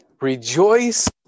Rejoice